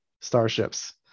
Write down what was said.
starships